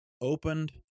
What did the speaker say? opened